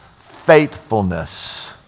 faithfulness